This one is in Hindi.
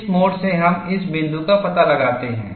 इस मोड से हम इस बिंदु का पता लगाते हैं